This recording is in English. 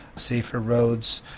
safer roads,